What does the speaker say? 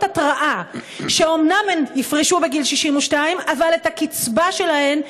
התראה שאומנם הן יפרשו בגיל 62 אבל את הקצבה שלהן,